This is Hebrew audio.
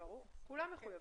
כולם מחויבים.